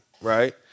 Right